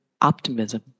optimism